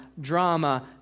drama